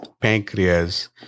pancreas